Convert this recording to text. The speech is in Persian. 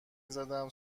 زدم